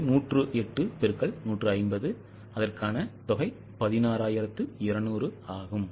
இது 108 X 150 16200 ஆகும்